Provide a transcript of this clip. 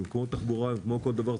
כמו בתחבורה וכמו בכל דבר,